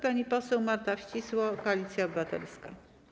Pani poseł Marta Wcisło, Koalicja Obywatelska.